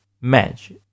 match